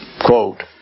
Quote